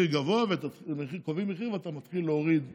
מחיר גבוה, קובעים מחיר ואתה מתחיל להוריד ממנו.